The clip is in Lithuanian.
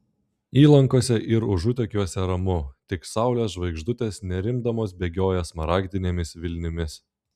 įlankose ir užutekiuose ramu tik saulės žvaigždutės nerimdamos bėgioja smaragdinėmis vilnimis